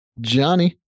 Johnny